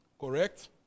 Correct